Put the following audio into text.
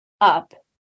up